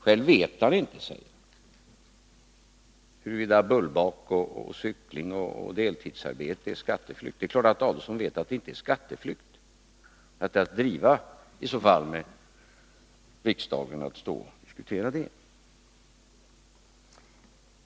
Själv vet han inte, säger han, huruvida bullbakning, cykling och deltidsarbete är skatteflykt. Men det är klart att Ulf Adelsohn vet att det inte är skatteflykt. Och det är i så fall att driva med riksdagen att diskutera det.